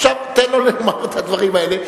עכשיו תן לו לומר את הדברים האלה,